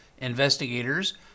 investigators